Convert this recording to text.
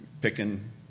picking